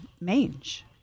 mange